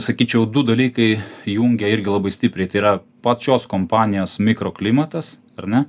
sakyčiau du dalykai jungia irgi labai stipriai tai yra pačios kompanijos mikroklimatas ar ne